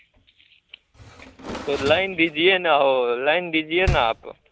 तो लइन दीजिए ना हो लइन दीजिए ना आप